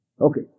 Okay